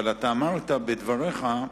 אבל אמרת בדבריך,